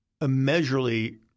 immeasurably